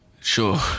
Sure